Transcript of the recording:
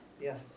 Yes